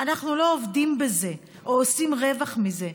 אנחנו לא עובדים בזה או עושים רווח מזה.